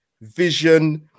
vision